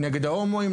נגד ההומואים,